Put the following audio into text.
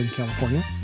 California